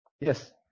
yes